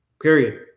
period